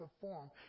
perform